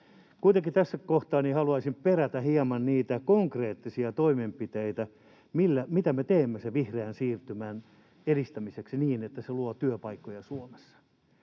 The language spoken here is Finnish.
Kuitenkin tässä kohtaa haluaisin perätä hieman niitä konkreettisia toimenpiteitä, mitä me teemme sen vihreän siirtymän edistämiseksi niin, että se luo työpaikkoja Suomessa.